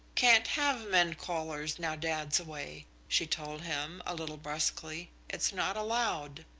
can't have men callers now dad's away, she told him, a little brusquely. it's not allowed.